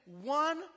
one